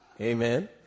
Amen